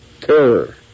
terror